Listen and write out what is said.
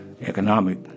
economic